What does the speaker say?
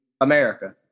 america